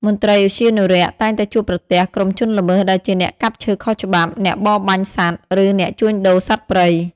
មន្ត្រីឧទ្យានុរក្សតែងតែជួបប្រទះក្រុមជនល្មើសដែលជាអ្នកកាប់ឈើខុសច្បាប់ អ្នកបរបាញ់សត្វ ឬអ្នកជួញដូរសត្វព្រៃ។